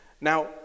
Now